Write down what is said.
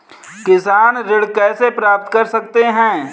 किसान ऋण कैसे प्राप्त कर सकते हैं?